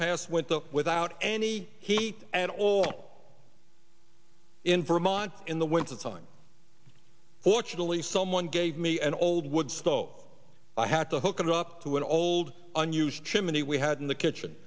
past went so without any heat at all in vermont in the wintertime fortunately someone gave me an old wood so i had to hook it up to an old unused chimney we had in the kitchen